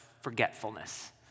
forgetfulness